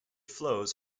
flows